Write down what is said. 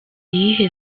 iyihe